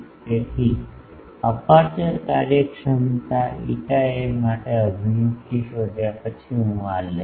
તેથી અપેર્ચર કાર્યક્ષમતા ηA માટે અભિવ્યક્તિ શોધ્યા પછી હું આ લઈશ